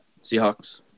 Seahawks